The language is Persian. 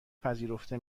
پذیرفته